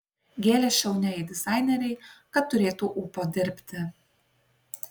gėlės šauniajai dizainerei kad turėtų ūpo dirbti